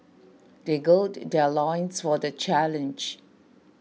they gird their loins for the challenge